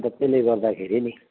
अन्त त्यसले गर्दाखेरि नि